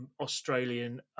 Australian